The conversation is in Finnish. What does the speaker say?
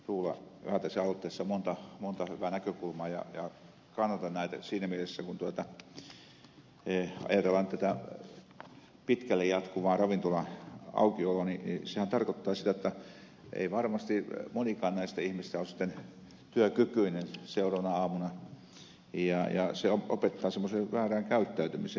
tuula väätäisen aloitteessa on monta hyvää näkökulmaa ja kannatan näitä siinä mielessä että kun ajatellaan tätä pitkälle jatkuvaa ravintola aukioloa sehän tarkoittaa sitä että ei varmasti monikaan näistä ihmisistä ole sitten työkykyinen seuraavana aamuna ja se opettaa semmoiseen väärään käyttäytymiseen